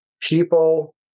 people